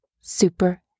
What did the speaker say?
super